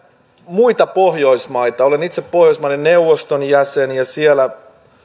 muita pohjoismaita olen itse pohjoismaiden neuvoston jäsen ja siellä